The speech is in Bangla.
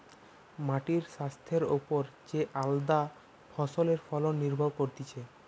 মাটির স্বাস্থ্যের ওপর যে আলদা ফসলের ফলন নির্ভর করতিছে